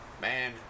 man